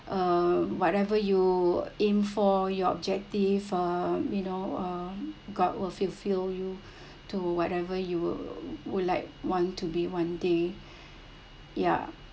uh whatever you aim for your objective uh you know uh god will fulfil you to whatever you will would like want to be one day ya